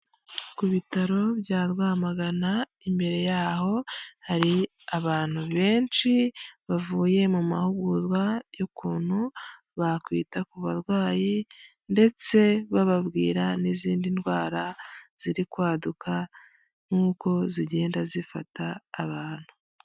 Ku bitaro bya Rwamagana imbere yaho hari abantu benshi bavuye mu mahugurwa y'ukuntu bakwita ku barwayi. ndetse bababwira n'izindi ndwara ziri kwaduka n'uko zigenda zifata abantu.